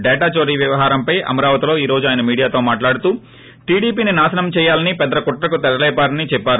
data చోరీ వ్యవహారంపై అమరావతిలో ఈ రోజు ఆయన మీడియాతో మాట్హిడుతూ టీడీపీని నాశనం చేయాలని పెద్ద కుట్రకు తెరలేపారని చెప్పారు